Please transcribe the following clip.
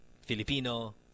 Filipino